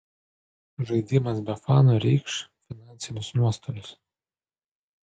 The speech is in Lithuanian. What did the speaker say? žaidimas be fanų reikš finansinius nuostolius